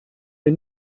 wir